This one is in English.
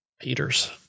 Peters